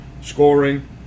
scoring